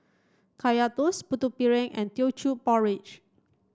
Kaya Toast Putu Piring and Teochew Porridge